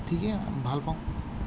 গতিকে ভাল পাওঁ